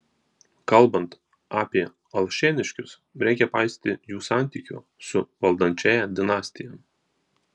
kalbant apie alšėniškius reikia paisyti jų santykio su valdančiąja dinastija